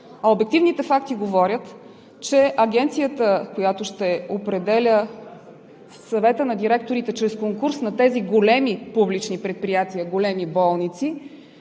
обективните факти говорят, че агенцията, която ще определя Съвета на директорите чрез конкурс на тези големи публични предприятия, големи болници,